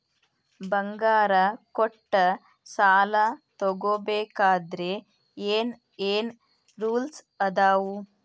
ಬಂಗಾರ ಕೊಟ್ಟ ಸಾಲ ತಗೋಬೇಕಾದ್ರೆ ಏನ್ ಏನ್ ರೂಲ್ಸ್ ಅದಾವು?